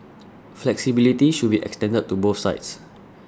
flexibility should be extended to both sides